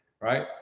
Right